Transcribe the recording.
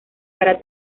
para